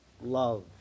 love